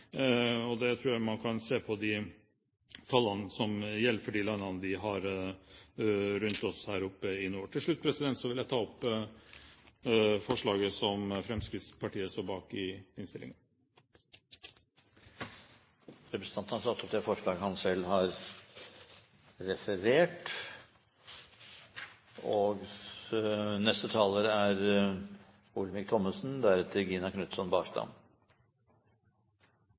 Det tror jeg man kan se på de tallene som gjelder for de landene vi har rundt oss her oppe i nord. Til slutt vil jeg ta opp det forslaget som Fremskrittspartiet står bak i innstillingen. Representanten Øyvind Korsberg har tatt opp det forslaget han refererte til. Norge har,